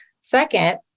Second